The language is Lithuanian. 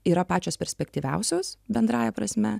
yra pačios perspektyviausios bendrąja prasme